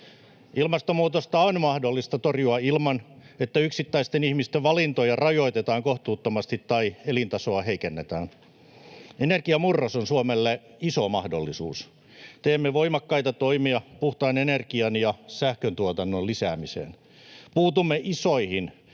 Ilmastonmuutosta on mahdollista torjua ilman, että yksittäisten ihmisten valintoja rajoitetaan kohtuuttomasti tai elintasoa heikennetään. Energiamurros on Suomelle iso mahdollisuus. Teemme voimakkaita toimia puhtaan energian ja sähköntuotannon lisäämiseksi. Puutumme isoihin